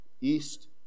East